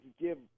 give